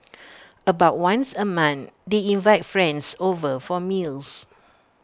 about once A month they invite friends over for meals